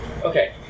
Okay